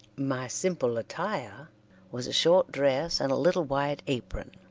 my simple attire was a short dress and a little white apron.